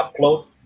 upload